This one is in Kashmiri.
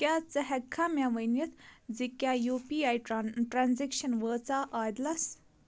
کیٛاہ ژٕ ہٮ۪ککھا مےٚ ؤنِتھ زِ کیٛاہ یوٗ پی آی ٹرٛان ٹرٛانزیکشن وٲژاہ عادِلَس